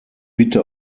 bitte